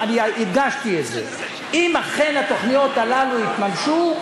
הדגשתי את זה: אם אכן התוכניות האלה יתממשו,